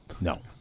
no